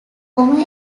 omer